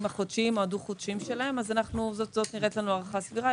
החודשיים או הדו-חודשיים שלהם אז זאת נראית לנו הערכה סבירה.